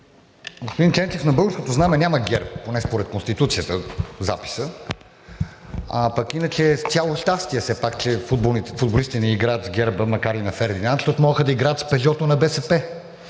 Господин Ченчев, на българското знаме няма герб, поне според Конституцията, записа. Пък иначе цяло щастие е все пак, че футболистите ни играят с герба, макар и на Фердинанд, защото можеха да играят с „Пежо“-то на БСП